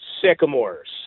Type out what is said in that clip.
Sycamores